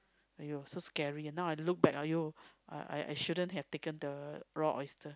!aiyo! so scary now I looked back !aiyo! I shouldn't have taken the raw oyster